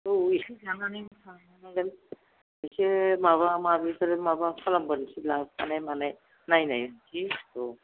औ एसे जानानै थांनांगोन एसे माबा माबिफोर माबा खालामबोनोसै सि लाबोफानाय मानाय नायनोसै र'